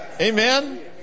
Amen